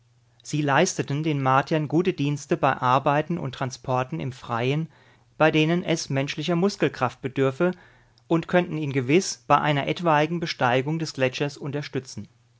sie leisteten den martiern gute dienste bei arbeiten und transporten im freien bei denen es menschlicher muskelkraft bedürfe und könnten ihn gewiß bei einer etwaigen besteigung des gletschers unterstützen